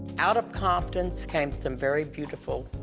out of compton's came some very beautiful,